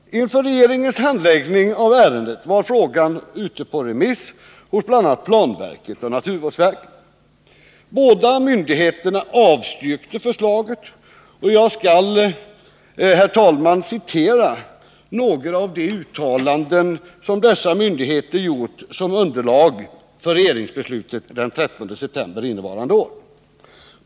Inför regeringens handläggning av ärendet var frågan på remiss hos bl.a. planverket och naturvårdsverket. Båda myndigheterna avstyrkte förslaget, och jag skall citera några av de uttalanden som dessa myndigheter gjort som underlag för regeringsbeslutet av den 13 september innevarande år.